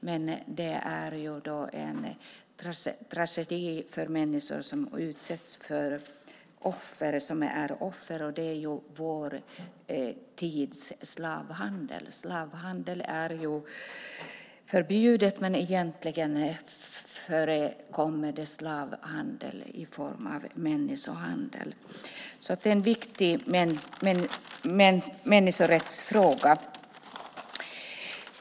Men det är en tragedi för de människor som är offer. Det är vår tids slavhandel. Slavhandel är förbjudet, men egentligen förekommer det slavhandel i form av människohandel. Det är en viktig människorättsfråga.